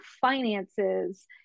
finances